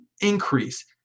increase